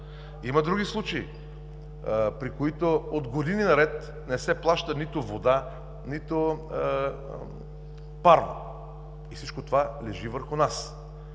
Има други случаи, при които от години наред не се плаща нито вода, нито парно и всичко това лежи върху нас.